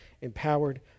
empowered